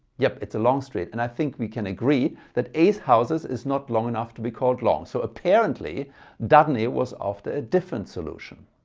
yep it's a long straight and i think we can agree that eight houses is not long enough to be called long. so apparently dudeney was after a different solution.